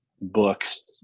books